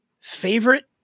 favorite